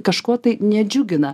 kažko tai nedžiugina